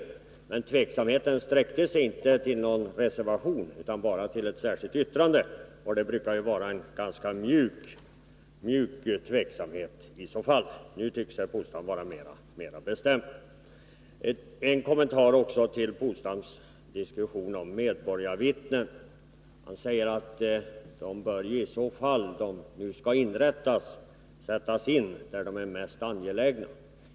Men denna tveksamhet sträckte sig inte till någon reservation, utan bara till ett särskilt yttrande. Det brukar vara uttryck för en ganska mjuk tveksamhet. Nu tycks herr Polstam vara mera bestämd. En kommentar också till Åke Polstams diskussion om medborgarvittnen. Han säger att om sådana skall inrättas, bör de sättas in där de är mest angelägna.